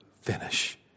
finish